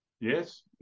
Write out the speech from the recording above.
Yes